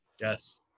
yes